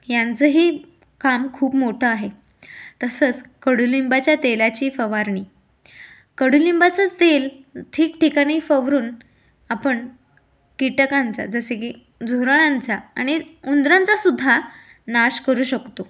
यांचंही काम खूप मोठं आहे तसंच कडुलिंबाच्या तेलाची फवारणी कडुलिंबाचं तेल ठीकठिकाणी फवारून आपण कीटकांचा जसे की झुरळांचा आणि उंदरांचा सुद्धा नाश करू शकतो